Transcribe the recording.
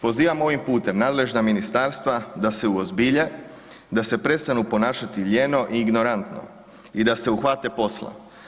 Pozivam ovim putem nadležna ministarstva da se uozbilje, da se prestanu ponašati lijeno i ignorantno i da se uhvate posla.